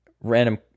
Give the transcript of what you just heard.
random